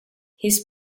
his